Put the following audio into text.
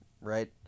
Right